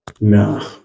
No